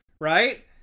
right